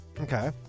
Okay